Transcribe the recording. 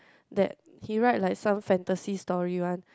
that he write like some fantasy story one